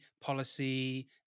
policy